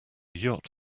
yacht